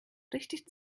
richtig